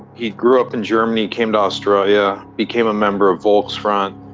he grew up in germany, came to australia, became a member of volksfront,